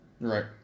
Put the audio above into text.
Right